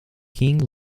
king